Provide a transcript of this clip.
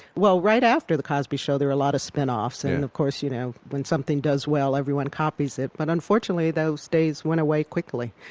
well right after the cosby show, there were a lot of spinoffs, and of course, you know, when something does well, everyone copies it. but unfortunately, those days went away quickly,